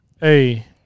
Hey